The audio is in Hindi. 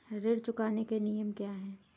ऋण चुकाने के नियम क्या हैं?